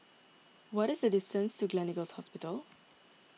what is the distance to Gleneagles Hospital